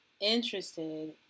interested